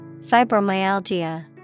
Fibromyalgia